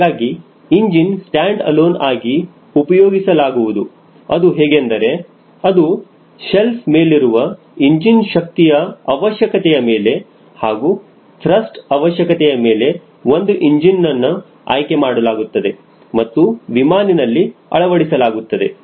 ಹಾಗಾಗಿ engine standalone ಆಗಿ ಉಪಯೋಗಿಸಲಾಗುವುದು ಅದು ಹೇಗೆಂದರೆ ಅದು ಸೆಲ್ಫ್ ಮೇಲಿರುವ ಇಂಜಿನ್ ಶಕ್ತಿಯ ಅವಶ್ಯಕತೆಯ ಮೇಲೆ ಹಾಗೂ ತ್ರಸ್ಟ್ ಅವಶ್ಯಕತೆಯ ಮೇಲೆ ಒಂದು ಇಂಜಿನ ನ್ನು ಆಯ್ಕೆ ಮಾಡಲಾಗುತ್ತದೆ ಮತ್ತು ವಿಮಾನನಲ್ಲಿ ಅಳವಡಿಸಲಾಗುತ್ತದೆ